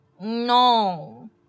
No